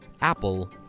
Apple